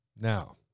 Now